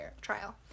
trial